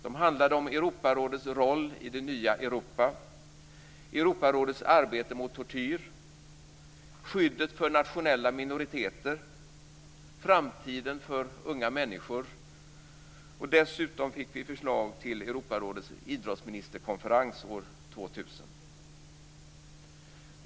De handlade om Europarådets roll i det nya Europa, Europarådets arbete mot tortyr, skyddet för nationella minoriteter och framtiden för unga människor. Dessutom fick vi förslag till Europarådets idrottsministerkonferens år 2000.